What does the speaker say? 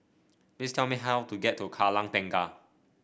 please tell me how to get to Kallang Tengah